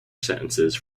sentences